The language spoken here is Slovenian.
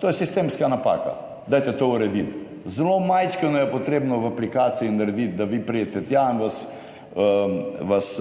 To je sistemska napaka. Dajte to urediti. Zelo majčkeno je potrebno v aplikaciji narediti da vi pridete tja in vas